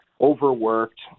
overworked